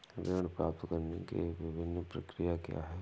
ऋण प्राप्त करने की विभिन्न प्रक्रिया क्या हैं?